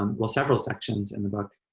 um well, several sections in the book